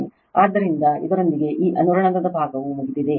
ಆದ್ದರಿಂದ ಇದರೊಂದಿಗೆ ಈ ಅನುರಣನ ಭಾಗವು ಮುಗಿದಿದೆ